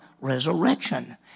resurrection